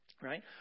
right